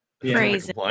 Crazy